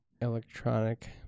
electronic